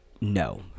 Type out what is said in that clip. no